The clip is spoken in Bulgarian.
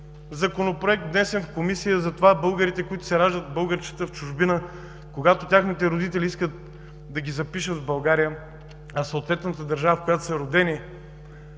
Законопроект, внесен в Комисия за това българите, които се раждат българчета в чужбина, когато техните родители искат да ги запишат в България, а съответната държава, в която са родени,